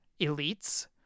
elites